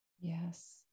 Yes